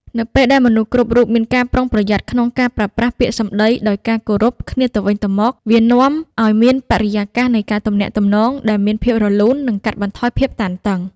នៅពេលដែលមនុស្សគ្រប់រូបមានការប្រុងប្រយ័ត្នក្នុងការប្រើប្រាស់ពាក្យសម្តីដោយការគោរពគ្នាទៅវិញទៅមក វានាំឱ្យមានបរិយាកាសនៃការទំនាក់ទំនងដែលមានភាពរលូន និងកាត់បន្ថយភាពតានតឹង។